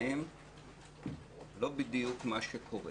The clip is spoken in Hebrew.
שנורא קל להישאב לתוכן.